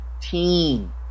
team